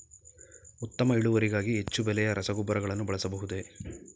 ಉತ್ತಮ ಇಳುವರಿಗಾಗಿ ಹೆಚ್ಚು ಬೆಲೆಯ ರಸಗೊಬ್ಬರಗಳನ್ನು ಬಳಸಬಹುದೇ?